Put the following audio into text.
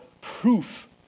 proof